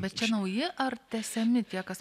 bet čia nauji ar tęsiami tie kas